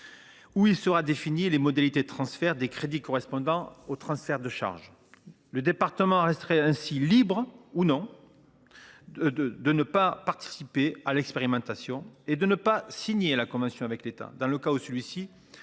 afin de définir les modalités de transfert des crédits correspondant au transfert de charges. Le département resterait ainsi libre de ne pas participer à l’expérimentation et de ne pas signer la convention avec l’État, dans le cas où celui ci